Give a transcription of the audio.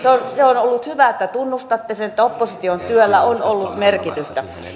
se on ollut hyvä että tunnustatte sen että opposition työllä on ollut merkitystä